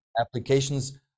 applications